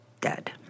dead